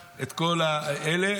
אלה,